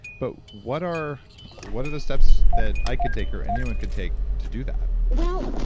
but what are what are the steps that i could take or anyone could take to do that? well,